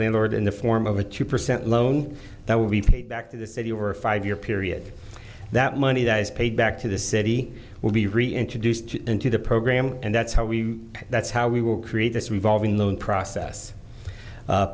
landlord in the form of a two percent loan that will be paid back to the city over a five year period that money that is paid back to the city will be reintroduced into the program and that's how we that's how we will create this revolving loan process